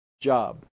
job